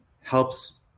helps